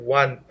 one